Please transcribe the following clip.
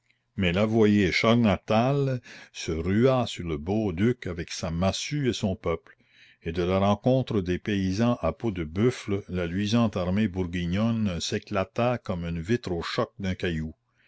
mais l'avoyer scharnachtal se rua sur le beau duc avec sa massue et son peuple et de la rencontre des paysans à peaux de buffle la luisante armée bourguignonne s'éclata comme une vitre au choc d'un caillou